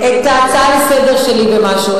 את ההצעה שלי לסדר-היום במשהו.